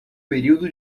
período